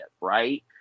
right